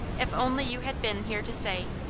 if only you had been here to say,